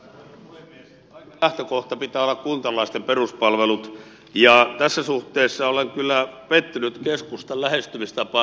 kaiken lähtökohta pitää olla kuntalaisten peruspalvelut ja tässä suhteessa olen kyllä pettynyt keskustan lähestymistapaan